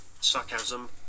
sarcasm